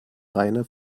reine